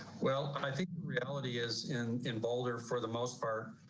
well, i think, reality is in in boulder, for the most part.